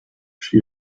she